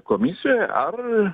komisijoj ar